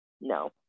no